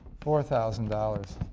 four thousand dollars.